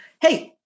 Hey